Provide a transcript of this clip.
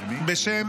בשם